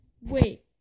Wait